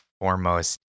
foremost